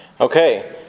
Okay